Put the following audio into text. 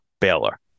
Baylor